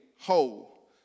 whole